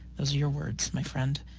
those are your words, my friend.